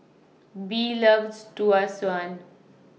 Bee loves Tau Suan